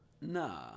Nah